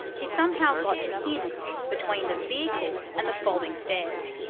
he somehow got pinned between the vehicle and the folding stairs.